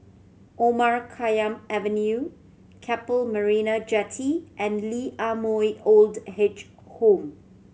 Omar Khayyam Avenue Keppel Marina Jetty and Lee Ah Mooi Old Age Home